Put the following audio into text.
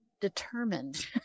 determined